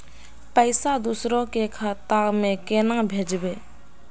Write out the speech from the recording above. पैसा दूसरे के खाता में केना भेजबे?